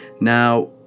Now